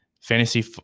fantasy